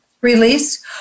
release